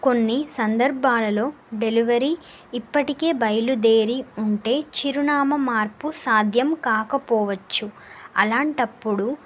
కొన్ని సందర్భాలలో డెలివరీ ఇప్పటికే బయలుదేరీ ఉంటే చిరునామ మార్పు సాధ్యం కాకపోవచ్చు అలాంటప్పుడు